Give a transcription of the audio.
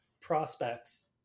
prospects